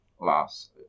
last